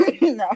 No